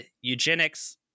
eugenics